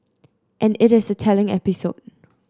and it is a telling episode